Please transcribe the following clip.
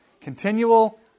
Continual